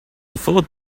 before